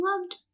loved